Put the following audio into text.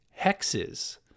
hexes